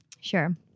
Sure